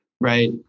right